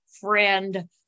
friend